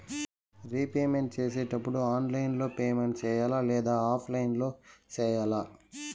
repayment సేసేటప్పుడు online లో payment సేయాలా లేదా ఆఫ్లైన్ లో సేయాలా